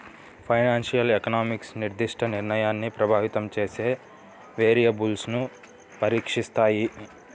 financial economics నిర్దిష్ట నిర్ణయాన్ని ప్రభావితం చేసే వేరియబుల్స్ను పరీక్షిస్తాయి